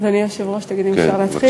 אדוני היושב-ראש, תגיד אם אפשר להתחיל.